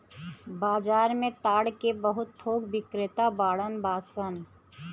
बाजार में ताड़ के बहुत थोक बिक्रेता बाड़न सन